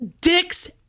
Dicks